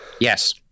Yes